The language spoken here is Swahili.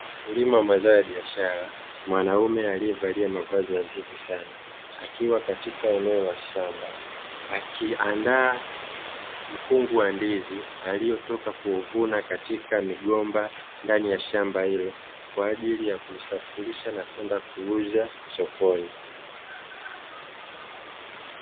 Mkulima wamazao ya biashara mwanaume aliyevalia mavazi nadhifu sana, akiwa katika eneo la shamba akiandaa mkungu wa ndizi aliyotoka kuuvuna katika migomba ndani ya shamba hilo kwa ajili ya kusafirisha na kwenda kuuza sokoni.